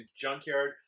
Junkyard